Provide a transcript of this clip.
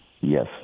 Yes